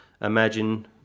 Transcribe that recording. Imagine